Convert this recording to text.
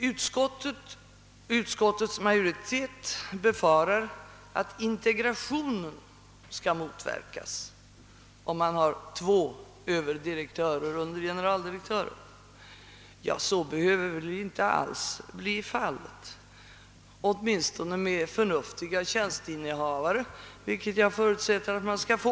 Utskottets majoritet befarar att integrationen skall motverkas, om man har två överdirektörer under generaldirektören. Så behöver inte alls bli fallet, åtminstone med förnuftiga tjänstinnehavare, vilket jag förutsätter att man skall få.